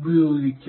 ഉപയോഗിക്കാം